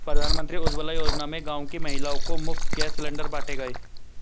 प्रधानमंत्री उज्जवला योजना में गांव की महिलाओं को मुफ्त गैस सिलेंडर बांटे गए